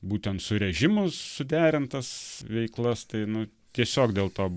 būtent su režimus suderintas veiklas tai nu tiesiog dėl to